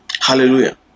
Hallelujah